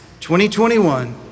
2021